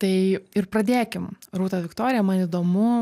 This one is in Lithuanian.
tai ir pradėkim rūta viktorija man įdomu